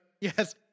yes